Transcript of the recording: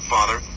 Father